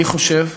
אני חושב,